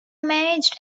managed